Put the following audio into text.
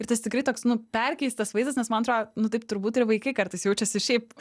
ir tas tikrai toks nu perkeistas vaizdas nes man atrodo nu taip turbūt ir vaikai kartais jaučias ir šiaip